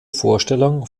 vorstellung